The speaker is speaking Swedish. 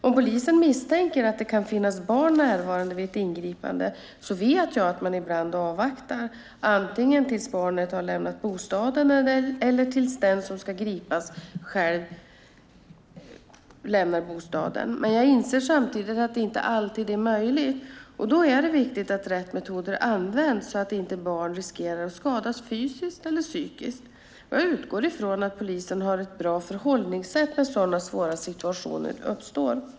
Om polisen misstänker att det kan finnas barn närvarande vid ett ingripande vet jag att man ibland avvaktar, antingen tills barnet har lämnat bostaden eller tills den som ska gripas själv lämnar bostaden. Men jag inser samtidigt att det inte alltid är möjligt. Då är det viktigt att rätt metoder används så att inte barn riskerar att skadas fysiskt eller psykiskt. Jag utgår från att polisen har ett bra förhållningssätt när sådana svåra situationer uppstår.